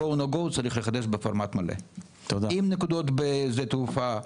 את ה-GO NO GO צריך לחדש בפורמט מלא עם נקודות בשדות תעופה,